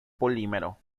polímero